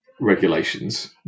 regulations